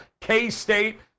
K-State